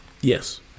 Yes